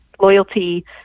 loyalty